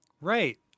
Right